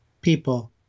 People